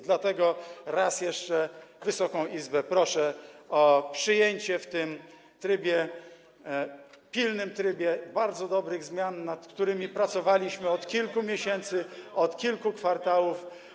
Dlatego raz jeszcze proszę Wysoką Izbę o przyjęcie w tym trybie, pilnym trybie, bardzo dobrych zmian, nad którymi pracowaliśmy od kilku miesięcy, od kilku kwartałów.